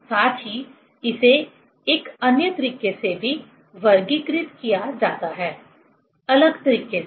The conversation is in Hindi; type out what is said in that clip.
साथ ही इसे एक अन्य तरीके से भी वर्गीकृत किया जाता है अलग तरीके से